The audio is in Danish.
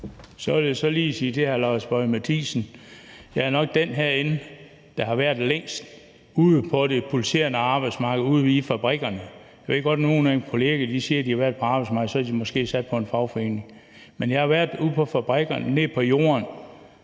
Så vil jeg lige sige til hr. Lars Boje Mathiesen, at jeg nok er den herinde, der har været længst ude på det pulserende arbejdsmarked, ude på fabrikkerne. Jeg ved godt, at nogle af mine kolleger siger, at de har været på arbejdsmarkedet, og så har de måske siddet i en fagforening. Men jeg har været ude på fabrikkerne, nede på jorden;